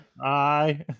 aye